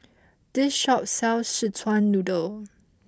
this shop sells Szechuan noodle